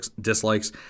dislikes